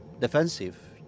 defensive